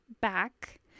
back